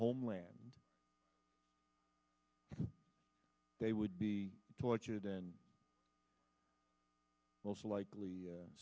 homeland they would be tortured and most likely